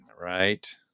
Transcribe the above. right